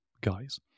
guys